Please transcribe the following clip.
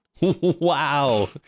Wow